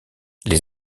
les